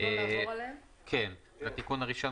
התיקון הראשון,